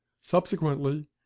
Subsequently